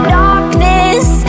darkness